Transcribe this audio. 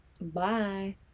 bye